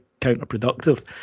counterproductive